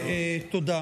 תודה.